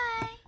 bye